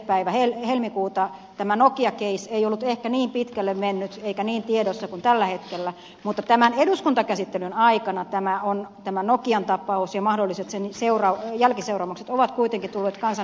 päivä helmikuuta tämä nokia case ei ollut ehkä niin pitkälle mennyt eikä niin tiedossa kuin tällä hetkellä mutta tämän eduskuntakäsittelyn aikana tämä nokian tapaus ja sen mahdolliset jälkiseuraamukset ovat kuitenkin tulleet kansanedustajille tutuiksi